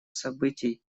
событий